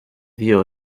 dio